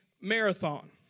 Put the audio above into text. marathon